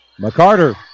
McCarter